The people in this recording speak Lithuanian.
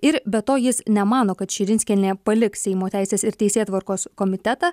ir be to jis nemano kad širinskienė paliks seimo teisės ir teisėtvarkos komitetą